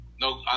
No